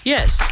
Yes